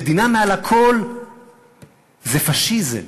המדינה מעל הכול זה פאשיזם,